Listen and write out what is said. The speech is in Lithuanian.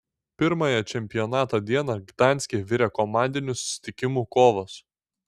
pirmąją čempionato dieną gdanske virė komandinių susitikimų kovos